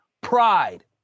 pride